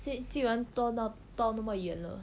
既既然都到到那么远了